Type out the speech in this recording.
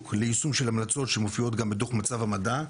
ליישום ההמלצות שמופיעות גם בדוח מצב המדע.